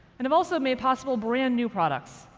and have also made possible brand new products,